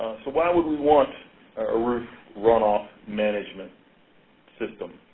so why would we want a roof runoff management system?